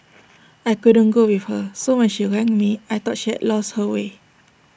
I couldn't go with her so when she rang me I thought she had lost her way